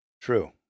True